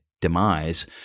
demise